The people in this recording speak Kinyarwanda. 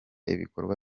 ibikorwa